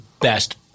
best